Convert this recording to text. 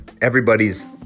everybody's